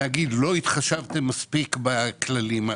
להגיד לא התחשבתם מספיק בכללים.